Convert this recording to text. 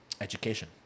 education